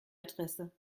adresse